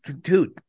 Dude